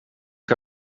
een